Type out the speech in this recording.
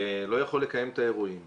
ולא יכול לקיים את האירועים,